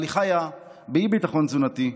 אבל היא חיה באי-ביטחון תזונתי.